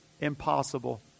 impossible